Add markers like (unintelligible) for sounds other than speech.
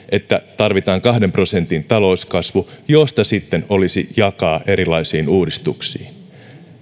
(unintelligible) että tarvitaan kahden prosentin talouskasvu josta sitten olisi jakaa erilaisiin uudistuksiin